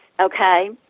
Okay